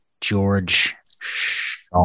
George